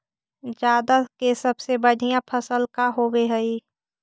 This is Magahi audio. जादा के सबसे बढ़िया फसल का होवे हई?